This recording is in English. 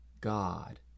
God